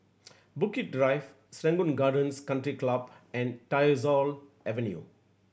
Bukit Drive Serangoon Gardens Country Club and Tyersall Avenue